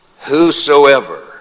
whosoever